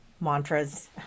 mantras